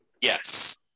yes